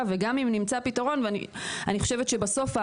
וגם אם נמצא פתרון ואני חושבת שבסוף,